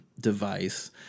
device